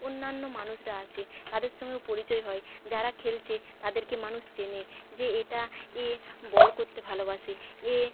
অন্যান্য মানুষরা আসে তাদের সঙ্গেও পরিচয় হয় যারা খেলছে তাদেরকে মানুষ চেনে যে এটা এ বল করতে ভালোবাসে এ